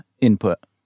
input